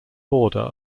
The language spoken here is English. border